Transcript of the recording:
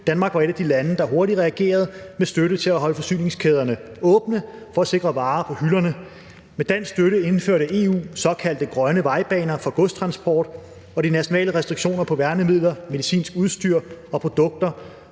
Danmark var et af de lande, der hurtigt reagerede med støtte til at holde forsyningskæderne åbne for at sikre varer på hylderne. Med dansk støtte indførte EU såkaldt grønne vejbaner for godstransport, og de nationale restriktioner på værnemidler, medicinsk udstyr og produkter,